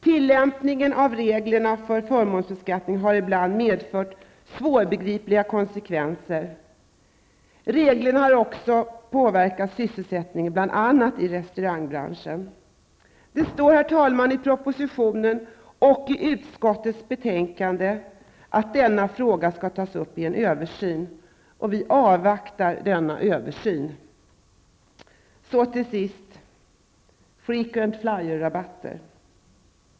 Tillämpningen av reglerna för förmånsbeskattningen har ibland medfört svårbegripliga konsekvenser. Reglerna har också påverkat sysselsättningen bl.a. i restaurangbranschen. Herr talman! Det står i propositionen och i utskottets betänkande att denna fråga skall tas upp vid en översyn. Vi avvaktar denna översyn. Till sist vill jag säga något om frequent flyerrabatterna.